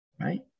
right